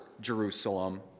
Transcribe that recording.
Jerusalem